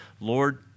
Lord